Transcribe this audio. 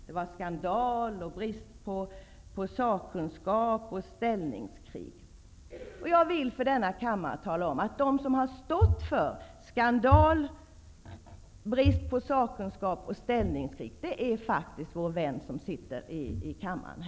Det är skandal, brist på sakkunskap och ställningskrig. Jag vill för denna kammare tala om att den som har stått för skandal, brist på sakkunskap och ställningskrig faktiskt är vår vän som sitter här i kammaren.